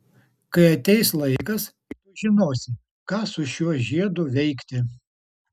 kai ateis laikas tu žinosi ką su šiuo žiedu veikti